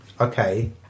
okay